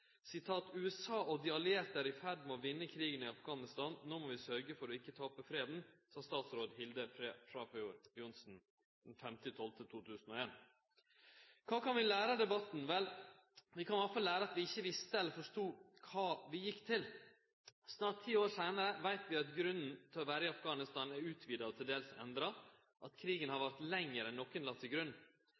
og de allierte er i ferd med å vinne krigen i Afghanistan. Nå må vi sørge for ikke å tape freden.» Det sa statsråd Hilde Frafjord Johnson den 5. desember 2001. Kva kan vi lære av debatten? Vel, vi kan i alle fall lære at vi ikkje visste eller forstod kva vi gjekk til. Snart ti år seinare veit vi at grunnen til å vere i Afghanistan er utvida og til dels endra, at krigen har vart lenger enn nokon la til grunn.